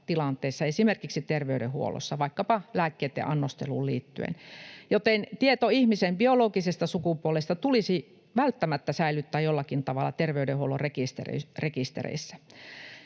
esimerkiksi terveydenhuollossa vaikkapa lääkkeitten annosteluun liittyen, joten tieto ihmisen biologisesta sukupuolesta tulisi välttämättä säilyttää jollakin tavalla terveydenhuollon rekistereissä.